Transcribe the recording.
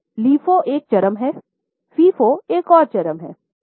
अब LIFO एक चरम है FIFO एक और चरम है